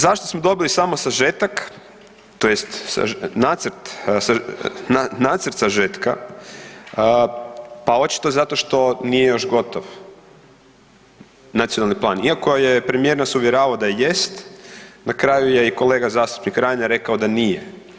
Zašto smo dobili samo sažetak tj. nacrt, nacrt sažetka pa očito zato što nije još gotov nacionalni plan iako je premijer nas uvjeravao da jest na kraju je i kolega zastupnik Reiner rekao da nije.